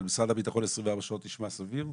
על משרד הביטחון 24 שעות נשמע סביר?